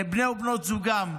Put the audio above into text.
לבני ובנות זוגם: